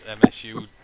MSU